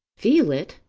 feel it!